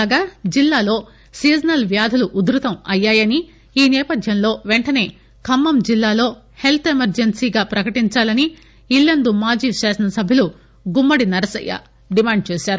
కాగా జిల్లాలో సీజనల్ వ్యాధులు ఉధృతమయ్యాయని ఈ నేపథ్యంల ఖమ్మం జిల్లాలో పెంటనే హెల్త్ ఎమర్లెన్సీ ప్రకటించాలని ఇల్లందు మాజీ శాసనసభ్యులు గుమ్మడి నరసయ్య డిమాండ్ చేశారు